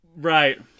Right